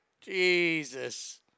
Jesus